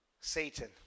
Satan